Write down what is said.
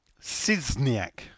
Sizniak